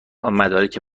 مدارک